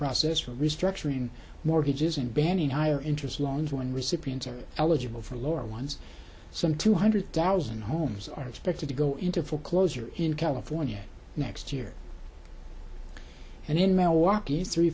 process for restructuring mortgages and banning higher interest loans when recipients are eligible for lower ones some two hundred thousand homes are expected to go into foreclosure in california next year and in milwaukee's three